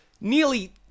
nearly